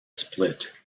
split